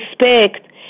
respect